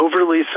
overly